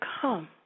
come